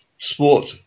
sports